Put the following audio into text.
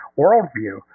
worldview